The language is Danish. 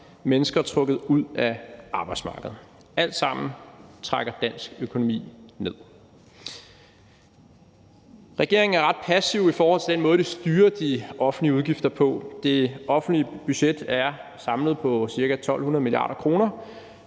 mennesker trukket ud af arbejdsmarkedet. Det trækker alt sammen dansk økonomi ned. Regeringen er ret passiv i forhold til den måde, den styrer de offentlige udgifter på. Det offentlige budget er samlet på ca. 1.200 mia. kr.